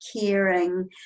caring